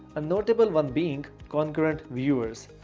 a notable one being concurrent viewers.